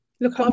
look